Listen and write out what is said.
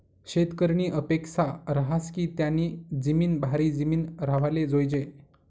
शेतकरीनी अपेक्सा रहास की त्यानी जिमीन भारी जिमीन राव्हाले जोयजे